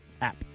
app